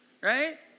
Right